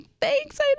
thanks